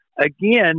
again